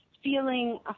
feeling